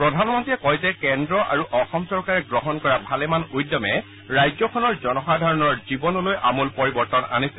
প্ৰধানমন্ত্ৰীয়ে কয় যে কেন্দ্ৰ আৰু অসম চৰকাৰে গ্ৰহণ কৰা ভালেমান উদ্যমে ৰাজ্যখনৰ জনসাধাৰণৰ জীৱনলৈ আমূল পৰিৱৰ্তন আনিছে